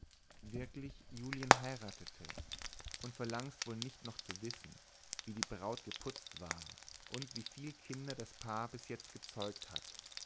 wirklich julien heiratete und verlangst wohl nicht noch zu wissen wie die braut geputzt war und wieviel kinder das paar bis jetzt erzeugt hat